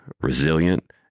resilient